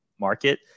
market